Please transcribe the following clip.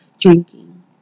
drinking